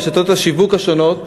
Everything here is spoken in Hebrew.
רשתות השיווק השונות,